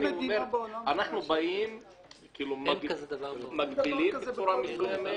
--- אנחנו מגבילים בצורה מסוימת,